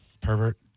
Pervert